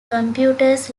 computers